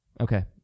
Okay